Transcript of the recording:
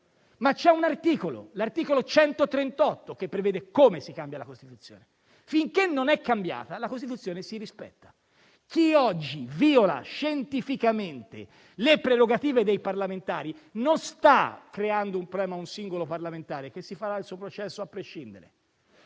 non ci sono riuscito, ma l'articolo 138 prevede come si cambia la Costituzione e finché non è cambiata, la Costituzione va rispettata. Chi oggi viola scientificamente le prerogative dei parlamentari non sta creando un problema a un singolo parlamentare (che si farà il suo processo a prescindere),